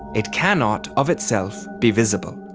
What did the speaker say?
it cannot of itself be visible.